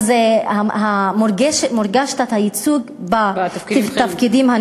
אז מורגש תת-הייצוג, בתפקידים הבכירים.